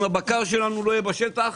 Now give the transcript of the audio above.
אם הבקר שלנו לא יהיה בשטח,